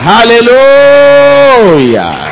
Hallelujah